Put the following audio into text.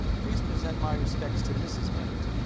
please present my respects to mrs. bennet.